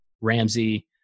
Ramsey